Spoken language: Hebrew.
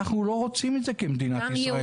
ואנחנו לא רוצים לעשות את זה כמדינת ישראל.